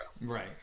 Right